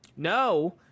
No